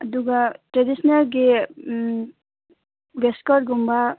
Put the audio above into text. ꯑꯗꯨꯒ ꯇ꯭ꯔꯦꯗꯤꯁꯟꯅꯦꯜꯒꯤ ꯋꯦꯁꯀꯣꯔꯠꯒꯨꯝꯕ